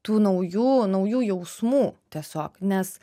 tų naujų naujų jausmų tiesiog nes